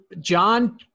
john